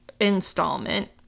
installment